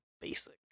basic